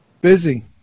Busy